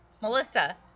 Melissa